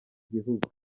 gihugu